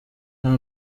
nta